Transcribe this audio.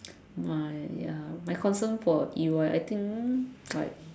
my ya my concern for E_Y I think like